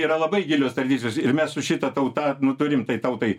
yra labai gilios tradicijos ir mes su šita tauta turim tai tautai